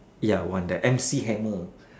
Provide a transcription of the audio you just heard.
ya one the M C hammer